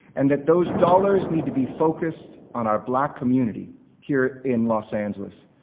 and that those dollars need to be focused on our black community here in los angeles,